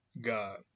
God